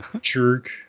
jerk